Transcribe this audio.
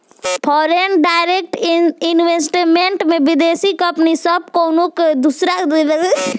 foreign direct investment में विदेशी company सब कउनो दूसर देश में आपन व्यापार शुरू करेले